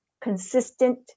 consistent